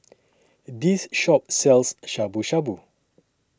This Shop sells Shabu Shabu